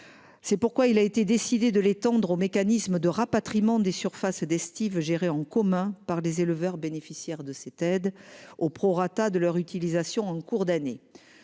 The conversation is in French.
C'est pourquoi il a été décidé de l'étendre aux mécanismes de rapatriement des surfaces d'estive gérés en commun par les éleveurs bénéficiaires de cette aide au prorata de leur utilisation en cours d'année.